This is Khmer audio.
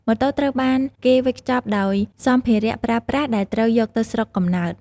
ម៉ូតូត្រូវបានគេវេចខ្ចប់ដោយាសម្ភារៈប្រើប្រាស់ដែលត្រូវយកទៅស្រុកកំណើត។